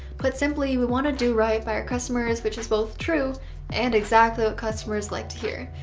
put simply, we want to do right by our customers, which is both true and exactly what customers like to hear.